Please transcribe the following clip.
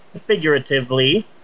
figuratively